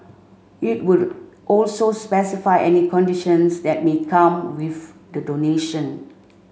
it would also specify any conditions that may come with the donation